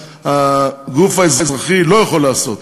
שהגוף האזרחי לא יכול לעשות.